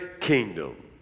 kingdom